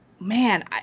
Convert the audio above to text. Man